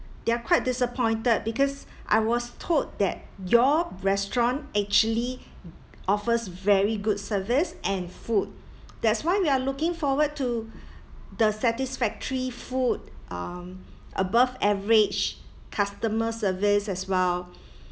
they are quite disappointed because I was told that your restaurant actually offers very good service and food that's why we are looking forward to the satisfactory food um above average customer service as well